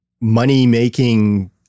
money-making